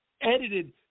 edited